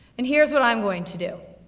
and here's what i'm going to do.